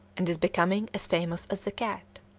and is becoming as famous as the cat.